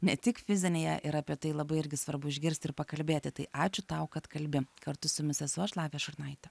ne tik fizinėje ir apie tai labai irgi svarbu išgirsti ir pakalbėti tai ačiū tau kad kalbi kartu su jumis esu aš lavija šurnaitė